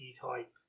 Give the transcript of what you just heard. type